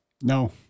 No